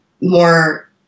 more